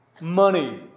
money